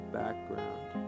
background